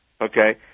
Okay